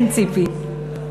כן, ציפי?